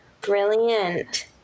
Brilliant